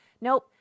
nope